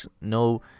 no